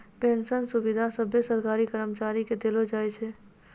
pension सुविधा सभे सरकारी कर्मचारी के देलो जाय छै